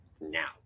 now